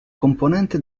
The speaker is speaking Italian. componente